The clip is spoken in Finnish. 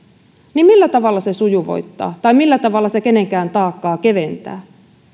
niin millä tavalla se sujuvoittaa tai millä tavalla se kenenkään taakkaa keventää